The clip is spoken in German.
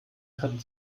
hat